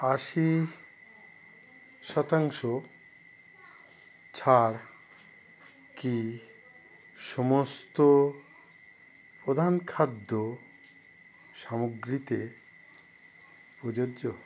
আশি শতাংশ ছাড় কি সমস্ত প্রধান খাদ্য সামগ্রীতে পোযোজ্য